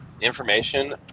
information